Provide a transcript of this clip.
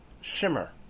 shimmer